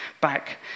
back